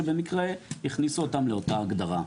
שבמקרה הכניסו אותם לאותה הגדרה.